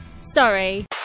Sorry